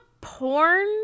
porn